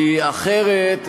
כי אחרת,